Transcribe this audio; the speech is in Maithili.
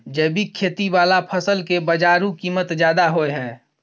जैविक खेती वाला फसल के बाजारू कीमत ज्यादा होय हय